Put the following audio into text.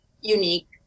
unique